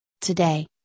Today